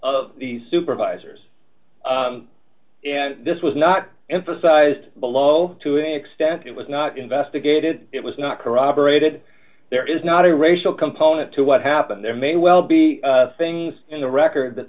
of the supervisors and this was not emphasized below to any extent it was not investigated it was not corroborated there is not a racial component to what happened there may well be things in the record that